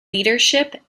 leadership